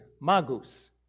Magus